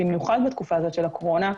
במיוחד בתקופת הקורונה,